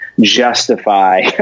justify